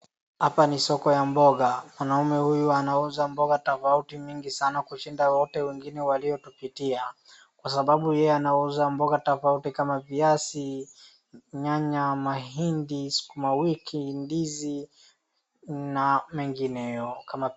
Hapa ni soko ya mboga. Mwanaume huyu anauza mboga tofauti mingi sana kushinda wote wengine waliotupitia kwa sababu yeye anauza mboga tofauti kama viazi, nyanya, mahimdi, sukuma wiki, mandizi na mengineo kama